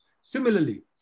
Similarly